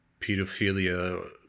pedophilia